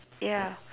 ya